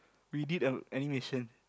we did a animation